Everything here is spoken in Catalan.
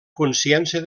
consciència